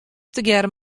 tegearre